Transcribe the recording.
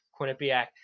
Quinnipiac